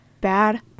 Bad